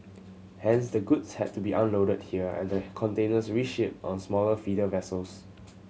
hence the goods had to be unloaded here and the containers reshipped on smaller feeder vessels